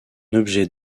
objet